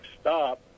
stop